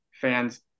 fans